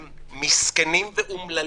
הם מסכנים ואומללים,